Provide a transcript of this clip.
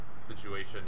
situation